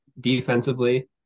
defensively